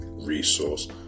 Resource